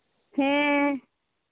ᱦᱮᱸ